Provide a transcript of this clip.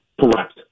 Correct